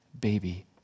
baby